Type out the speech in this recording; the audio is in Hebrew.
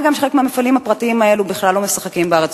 מה גם שחלק מהמפעלים הפרטיים האלו בכלל לא משחקים בארץ,